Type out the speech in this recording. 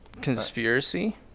Conspiracy